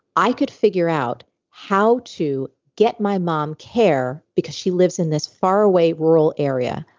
i could figure out how to get my mom care because she lives in this far away rural area.